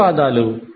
ధన్యవాదాలు